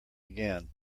again